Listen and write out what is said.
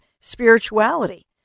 spirituality